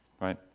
right